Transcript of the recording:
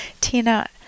Tina